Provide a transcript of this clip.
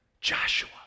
Joshua